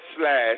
slash